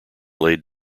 laid